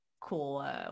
cool